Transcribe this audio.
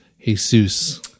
Jesus